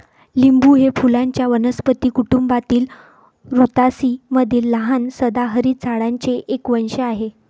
लिंबू हे फुलांच्या वनस्पती कुटुंबातील रुतासी मधील लहान सदाहरित झाडांचे एक वंश आहे